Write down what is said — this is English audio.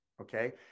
Okay